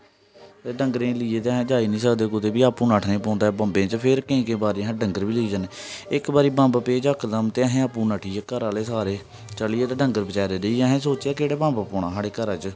डंगरे गी लेइयै असें जाई निं सकदे ते आपूं नट्ठना पौंदा ऐ बम्बें च फिर केईं केईं बारी अस डंगर बी लेई जन्ने आं इक बारी बम्ब पे यकदम ते असें आपूं नट्ठियै घरे आह्ले सारे चलियै ते डंगर बचारे रेही गे असें सोचेआ केह्डे़ बम्ब पौना साढ़े घरा च